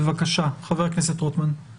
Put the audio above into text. חבר הכנסת רוטמן, בבקשה.